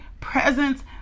presence